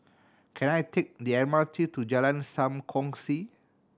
can I take the M R T to Jalan Sam Kongsi